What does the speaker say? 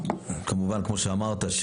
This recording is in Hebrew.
כמובן כמו שאמרת,